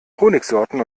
honigsorten